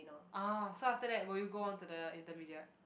ah so after that will you go on to the intermediate